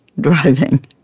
driving